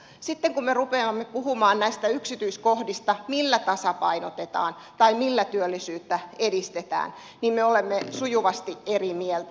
sitten kun me rupeamme puhumaan näistä yksityiskohdista millä tasapainotetaan tai millä työllisyyttä edistetään niin me olemme sujuvasti eri mieltä